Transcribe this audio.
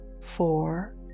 four